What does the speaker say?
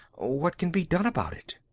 what can be done about it?